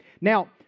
Now